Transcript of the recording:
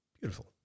Beautiful